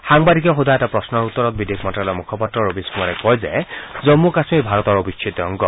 সাংবাদিকে সোধা এটা প্ৰশ্নৰ উত্তৰত বিদেশ মন্ত্যালয়ৰ মুখপাত্ৰ ৰৱিশ কুমাৰে কয় যে জম্মু কাশ্মীৰৰ ভাৰতৰ অবিচ্ছেদ্য অংগ